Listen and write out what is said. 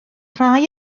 rhai